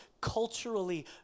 culturally